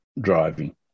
driving